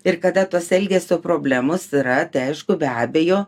ir kada tos elgesio problemos yra aišku be abejo